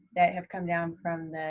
that have come down from